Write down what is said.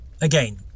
Again